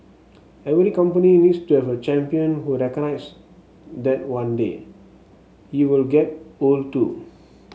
every company needs to have a champion who recognize that one day he will get old too